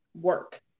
work